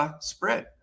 spread